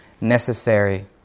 necessary